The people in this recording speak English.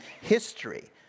history